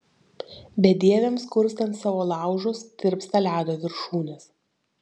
bedieviams kurstant savo laužus tirpsta ledo viršūnės